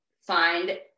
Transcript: find